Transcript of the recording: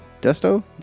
Desto